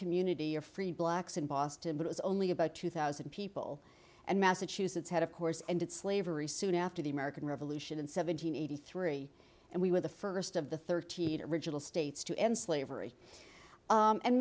community or free blacks in boston but it was only about two thousand people and massachusetts had of course ended slavery soon after the american revolution in seven hundred eighty three and we were the first of the thirty eight original states to end slavery